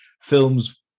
films